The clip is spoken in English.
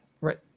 Right